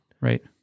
Right